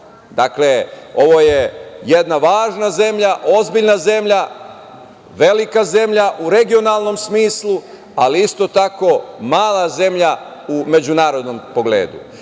dakle ovo je jedna važna zemlja, ozbiljna zemlja, velika zemlja u regionalnom smislu, ali isto tako mala zemlja u međunarodnom pogledu,